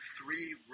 three